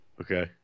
Okay